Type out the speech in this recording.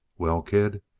well, kid?